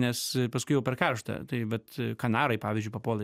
nes paskui jau per karšta tai vat kanarai pavyzdžiui papuola